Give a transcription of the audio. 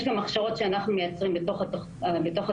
יש גם הכשרות שאנחנו מייצרים בתוך התוכניות,